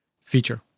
feature